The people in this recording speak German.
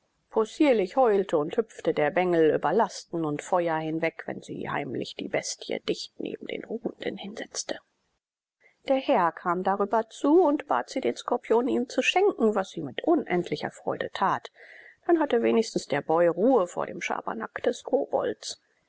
possierlich heulte und hüpfte der bengel über lasten und feuer hinweg wenn sie heimlich die bestie dicht neben dem ruhenden hinsetzte der herr kam darüber zu und bat sie den skorpion ihm zu schenken was sie mit unendlicher freude tat dann hatte wenigstens der boy ruhe vor dem schabernack des kobolds